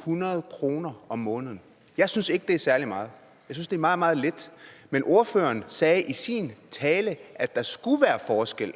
1.900 kr. om måneden. Jeg synes ikke, det er særlig meget. Jeg synes, det er meget, meget lidt. Men ordføreren sagde i sin tale, at der skulle være forskel.